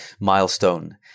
milestone